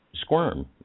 squirm